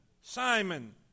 Simon